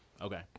Okay